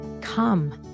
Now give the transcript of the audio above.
Come